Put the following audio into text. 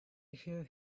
hear